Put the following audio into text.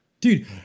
Dude